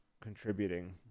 contributing